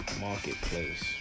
marketplace